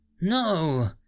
No